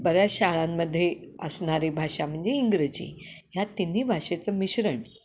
बऱ्याच शाळांमध्ये असणारी भाषा म्हणजे इंग्रजी ह्या तिन्ही भाषेचं मिश्रण